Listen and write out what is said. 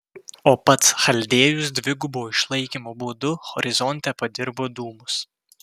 o pats chaldėjus dvigubo išlaikymo būdu horizonte padirbo dūmus